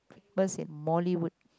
famous in Mollywood